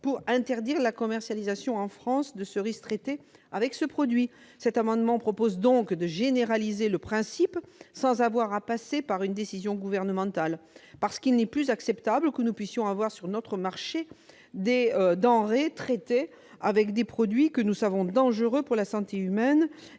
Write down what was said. pour interdire la commercialisation en France de cerises traitées avec ce produit. Cet amendement tend donc à généraliser ce principe, sans avoir à passer par une décision gouvernementale, parce qu'il n'est plus acceptable que nous puissions avoir sur notre marché des denrées traitées avec des produits que nous savons dangereux pour la santé humaine